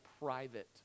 private